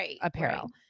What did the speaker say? apparel